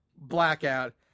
blackout